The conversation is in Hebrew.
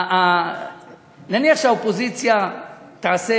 נניח שהאופוזיציה תעשה